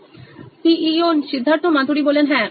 Siddharth Maturi C E O নোইন electronics হ্যাঁ